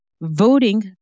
voting